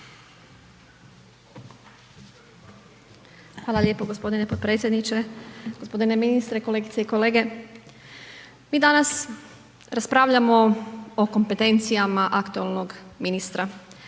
Hvala lijepo gospodine potpredsjedniče. Gospodine ministre, kolegice i kolege. Mi danas raspravljamo o kompetencijama aktualnog ministra